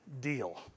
deal